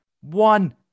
One